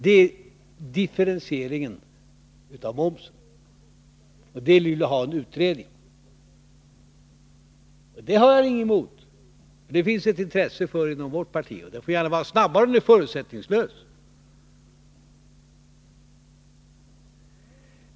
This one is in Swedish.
Den ena är differentieringen av momsen, och det vill ni ha en utredning om. Det har jag inget emot. Det finns ett intresse för det inom vårt parti. Den får gärna ske snabbt, bara den är förutsättningslös.